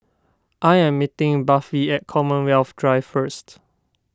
I am meeting Buffy at Commonwealth Drive first